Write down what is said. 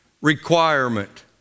Requirement